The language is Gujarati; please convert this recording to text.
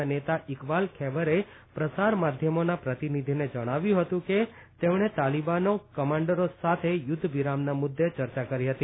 ના નેતા ઇકબાલ ખૈબરે પ્રસાર માધ્યમોના પ્રતિનિધીને જણાવ્યું હતું કે તેમણે તાલીબાનો કમાન્ડરો સાથે યુદ્ધ વિરામના મુદ્દે ચર્ચા કરી હતી